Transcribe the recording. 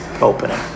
opening